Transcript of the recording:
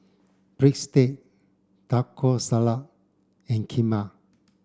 Breadstick Taco Salad and Kheema